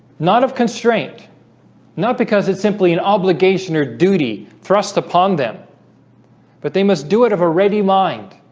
not of constraint not because it's simply an obligation or duty thrust upon them but they must do it of a ready mind